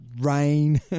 rain